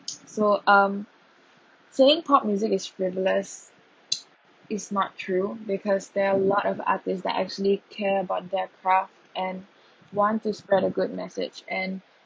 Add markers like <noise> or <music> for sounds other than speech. <noise> so um saying pop music is frivolous <noise> is not true because there are a lot of artist that actually care about their craft and <breath> want to spread a good message and